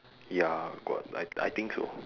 ya got like I think so